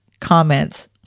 comments